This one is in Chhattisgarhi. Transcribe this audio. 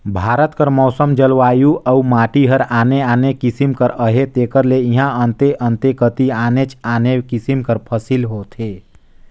भारत कर मउसम, जलवायु अउ माटी हर आने आने किसिम कर अहे तेकर ले इहां अन्ते अन्ते कती आनेच आने किसिम कर फसिल होथे